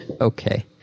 Okay